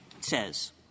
says